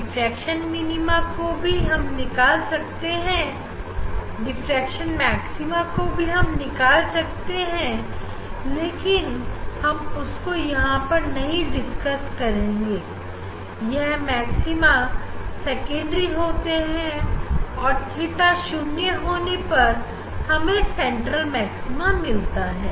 diffraction maxima को भी हम निकाल सकते हैं लेकिन हम उसको यहां पर नहीं डिस्कस करेंगे यह मैक्सिमा सेकेंडरी होते हैं और theta शून्य होने पर हमें सेंट्रल मैक्सिमम मिलता है